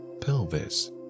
pelvis